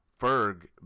Ferg